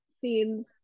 scenes